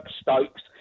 Stokes